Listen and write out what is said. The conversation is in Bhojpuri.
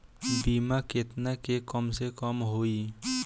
बीमा केतना के कम से कम होई?